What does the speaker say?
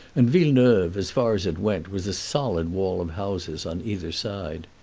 and villeneuve, as far as it went, was a solid wall of houses on either side.